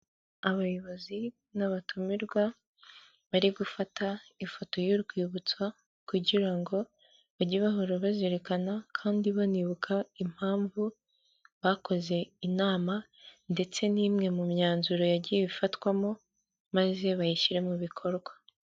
Abayobozi n'abatumirwa bari gufata ifoto y'urwibutso kugira ngo bajye bahora bazererikana kandi banibuka impamvu bakoze inama ndetse n'imwe mu myanzuro yagiye ifatwamo maze bayishyira mu bikorwa.